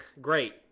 great